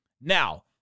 Now